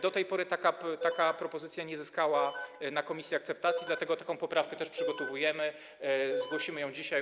Do tej pory ta propozycja nie zyskała w komisji akceptacji, dlatego taką poprawkę też przygotowujemy, zgłosimy ją dzisiaj.